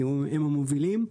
כי הם המובילים,